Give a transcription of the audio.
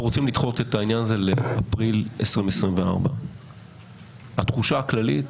רוצים לדחות את העניין הזה לאפריל 2024. התחושה הכללית,